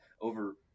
over